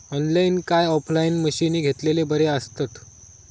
Online काय offline मशीनी घेतलेले बरे आसतात?